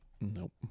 nope